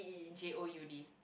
J O U D